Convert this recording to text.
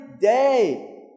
day